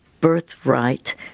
birthright